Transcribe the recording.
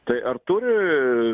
tai ar turi